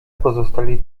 pozostali